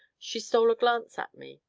she stole a glance at me,